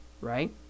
right